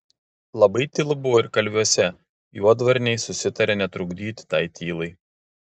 labai tylu buvo ir kalviuose juodvarniai susitarė netrukdyti tai tylai